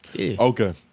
Okay